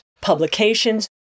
publications